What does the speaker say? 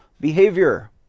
behavior